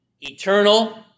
eternal